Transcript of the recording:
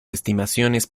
estimaciones